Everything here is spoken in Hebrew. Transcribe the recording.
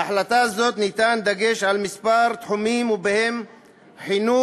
בהחלטה זו ניתן דגש על כמה תחומים, ובהם חינוך,